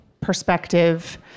Perspective